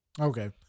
Okay